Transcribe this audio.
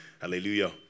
Hallelujah